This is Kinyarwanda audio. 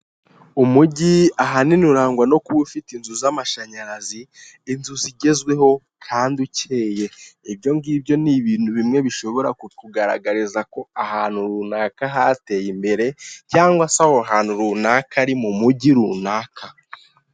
Umujyi ahanini urangwa no kuba ufite inzu z'amashanyarazi, inzu zigezweho kandi ukeye. Ibyo ngibyo n' ibintu bimwe bishobora kukugararariza ko ahantu runaka hateye imbere cyangwa se aho hantu runaka ari mu mujyi runaka.